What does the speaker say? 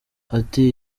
ati